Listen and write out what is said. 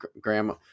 grandma –